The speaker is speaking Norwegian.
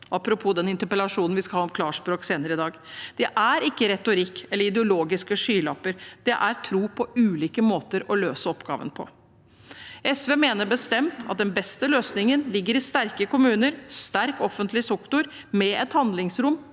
apropos den interpellasjonen om klarspråk vi skal ha senere i dag. Det er ikke retorikk eller ideologiske skylapper, det er tro på ulike måter å løse oppgaven på. SV mener bestemt at den beste løsningen ligger i sterke kommuner, en sterk offentlig sektor med handlingsrom